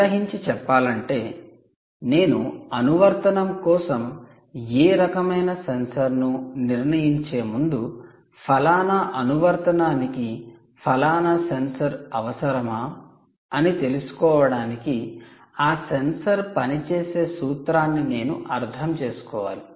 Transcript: సంగ్రహించి చెప్పాలంటే నేను అనువర్తనం కోసం ఏ రకమైన సెన్సార్ను నిర్ణయించే ముందు ఫలానా అనువర్తనానికి ఫలానా సెన్సార్ అవసరమా అని తెలుసుకోవడానికి ఆ సెన్సార్ పనిచేసే సూత్రాన్ని నేను అర్థం చేసుకోవాలి